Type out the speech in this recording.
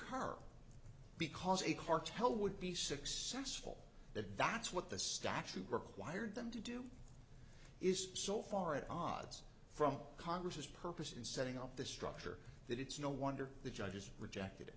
occur because a cartel would be successful that that's what the statute required them to do is so far at odds from congress's purpose in setting up this structure that it's no wonder the judges rejected